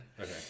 Okay